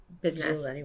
business